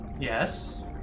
yes